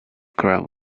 grab